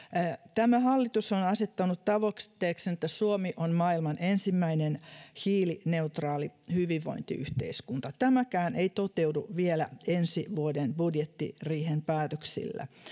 tämä hallitus on asettanut tavoitteeksi että suomi on maailman ensimmäinen hiilineutraali hyvinvointiyhteiskunta tämäkään ei toteudu vielä ensi vuoden budjettiriihen päätöksillä